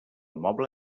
moble